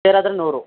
ಸೇರು ಆದರೆ ನೂರು